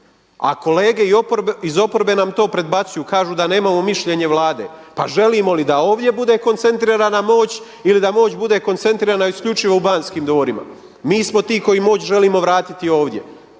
a kolege iz oporbe nam to predbacuju, kažu da nemamo mišljenje Vlade. Pa želimo li da ovdje bude koncentrirana moć ili da moć bude koncentrirana isključivo u Banskim dvorima. Mi smo ti koji moć želimo vratiti ovdje.